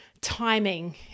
timing